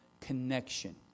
connection